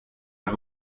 hat